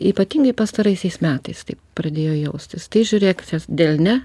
ypatingai pastaraisiais metais taip pradėjo jaustis tai žiūrėk delne